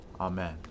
Amen